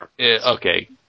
okay